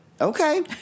Okay